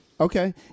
okay